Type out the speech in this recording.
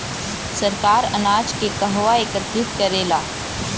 सरकार अनाज के कहवा एकत्रित करेला?